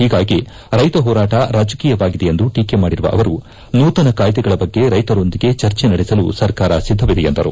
ಹೀಗಾಗಿ ರೈತ ಹೋರಾಟ ರಾಜಕೀಯವಾಗಿದೆ ಎಂದು ಟೀಕೆ ಮಾಡಿರುವ ಅವರು ನೂತನ ಕಾಯ್ದೆಗಳ ಬಗ್ಗೆ ರೈತರೊಂದಿಗೆ ಚರ್ಚೆ ನಡೆಸಲು ಸರ್ಕಾರ ಸಿದ್ದವಿದೆ ಎಂದರು